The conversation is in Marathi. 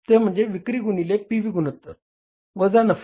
ते म्हणजे विक्री गुणिले पी व्ही गुणोत्तर वजा नफा